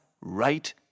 right